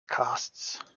costs